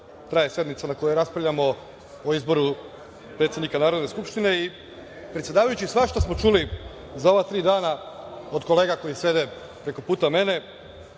traje sednica na kojoj raspravljamo o izboru predsednika Narodne skupštine i svašta smo čuli za ova tri dana od kolega koji sede preko puta mene.